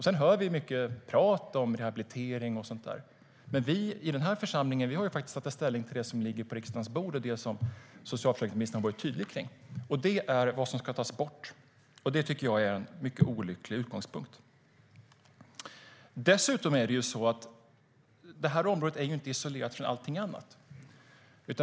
Sedan hör vi mycket prat om rehabilitering och sådant. Men i den här församlingen har vi att ta ställning till det som ligger på riksdagens bord, och det som socialförsäkringsministern har varit tydlig med är vad som ska tas bort. Det tycker jag är en mycket olycklig utgångspunkt. Dessutom är detta område inte isolerat från allting annat.